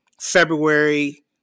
February